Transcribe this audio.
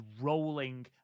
rolling